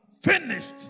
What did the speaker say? finished